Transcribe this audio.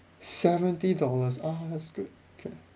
seventy dollars ah that's good okay